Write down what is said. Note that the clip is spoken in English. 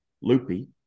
loopy